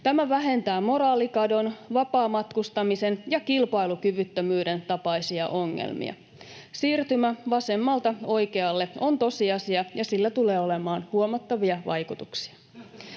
Tämä vähentää moraalikadon, vapaamatkustamisen ja kilpailukyvyttömyyden tapaisia ongelmia. Siirtymä vasemmalta oikealle on tosiasia, ja sillä tulee olemaan huomattavia vaikutuksia.